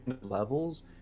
levels